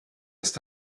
ist